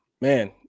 man